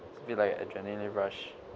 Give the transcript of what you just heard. feel like adrenaline rush